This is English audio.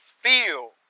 feel